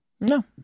no